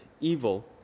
evil